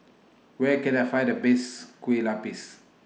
Where Can I Find The Best Kue Lupis